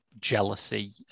jealousy